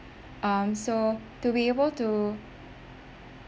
um so to be able to